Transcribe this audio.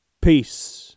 Peace